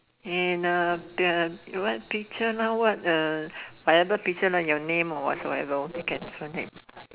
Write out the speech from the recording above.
and uh the the what picture now what uh whatever picture lah your name or whatsoever you can find it